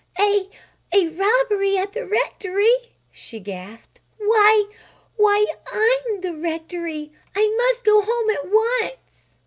a a robbery at the rectory? she gasped. why why, i'm the rectory! i must go home at once!